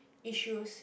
issues